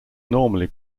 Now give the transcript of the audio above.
normally